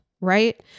right